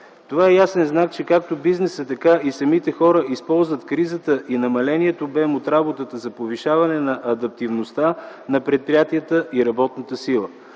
Това е ясен знак, че както бизнесът, така и самите хора използват кризата и намаленият обем от работа за повишаване на адептивността на предприятията и работната сила.